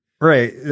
Right